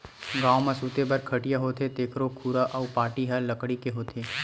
गाँव म सूते बर खटिया होथे तेखरो खुरा अउ पाटी ह लकड़ी के होथे